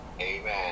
Amen